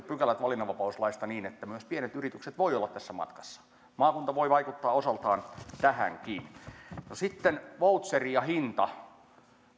pykälät valinnanvapauslaista niin että myös pienet yritykset voivat olla tässä matkassa maakunta voi vaikuttaa osaltaan tähänkin sitten voucher ja hinta